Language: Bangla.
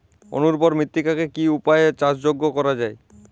অনুর্বর মৃত্তিকাকে কি কি উপায়ে চাষযোগ্য করা যায়?